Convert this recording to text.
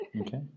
Okay